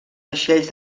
vaixells